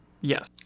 yes